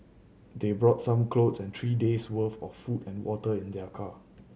they brought some clothes and three days' worth of food and water in their car